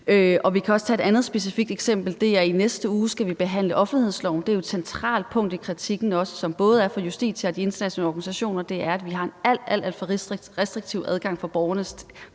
Vi kan også tage et andet specifikt eksempel. I næste uge skal vi behandle offentlighedsloven. Det er jo et centralt punkt i kritikken fra både Justitia og de internationale organisationer, at vi har en alt, alt for restriktiv adgang for borgerne